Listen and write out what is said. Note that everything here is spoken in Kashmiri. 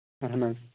اَہن حظ